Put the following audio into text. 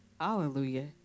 Hallelujah